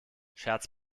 scherz